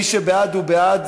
מי שבעד הוא בעד